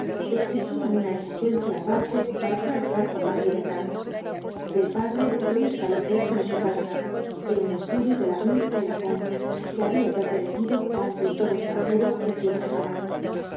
exigía una existencia aparte para trabajar con más libertad el padre lo instaló cerca de su casa en un estudio de la me de la pompe que había pertenecido á un pintor extranjero de cierta fama